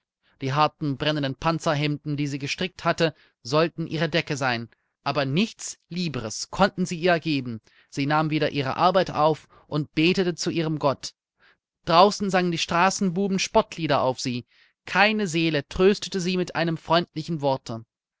die harten brennenden panzerhemden die sie gestrickt hatte sollten ihre decke sein aber nichts lieberes konnten sie ihr geben sie nahm wieder ihre arbeit auf und betete zu ihrem gott draußen sangen die straßenbuben spottlieder auf sie keine seele tröstete sie mit einem freundlichen worte